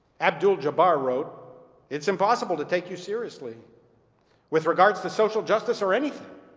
abdul-jabbar wrote it is impossible to take you seriously with regards to social justice or anything